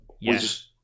yes